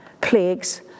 plagues